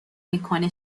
میکنه